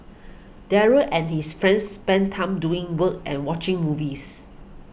Daryl and his friends spent time doing work and watching movies